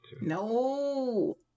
No